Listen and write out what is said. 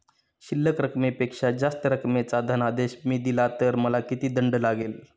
शिल्लक रकमेपेक्षा जास्त रकमेचा धनादेश मी दिला तर मला किती दंड लागेल?